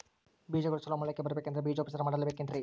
ಬೇಜಗಳು ಚಲೋ ಮೊಳಕೆ ಬರಬೇಕಂದ್ರೆ ಬೇಜೋಪಚಾರ ಮಾಡಲೆಬೇಕೆನ್ರಿ?